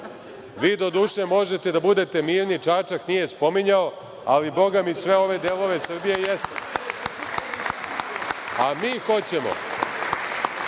doduše, možete da budete mirni. Čačak nije spominjao, ali, bogami, sve ove delove Srbije jeste. To je